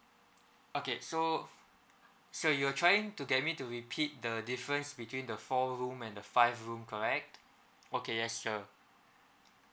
okay so sir you are trying to get me to repeat the difference between the four room and the five room correct okay yes sir